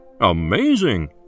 Amazing